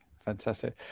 fantastic